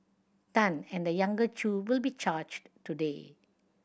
Tan and the younger Chew will be charged today